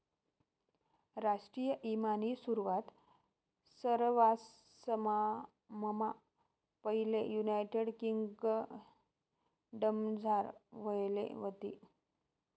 राष्ट्रीय ईमानी सुरवात सरवाससममा पैले युनायटेड किंगडमझार व्हयेल व्हती